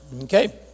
Okay